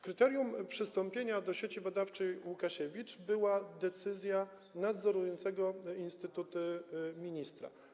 Kryterium przystąpienia do Sieci Badawczej Łukasiewicz była decyzja nadzorującego instytuty ministra.